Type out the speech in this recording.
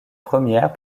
première